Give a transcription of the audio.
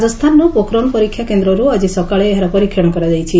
ରାଜସ୍ଥାନର ପୋଖରନ୍ ପରୀକ୍ଷା କେନ୍ଦ୍ରରୁ ଆଜି ସକାଳେ ଏହାର ପରୀକ୍ଷଣ କରାଯାଇଛି